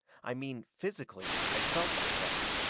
i mean, physically, i felt like that.